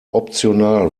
optional